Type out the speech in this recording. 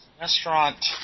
restaurant